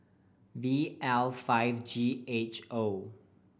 V L five G H O